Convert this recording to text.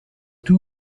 two